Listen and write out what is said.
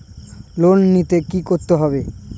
Loan নিতে কী করতে হবে?